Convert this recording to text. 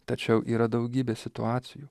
tačiau yra daugybė situacijų